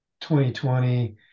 2020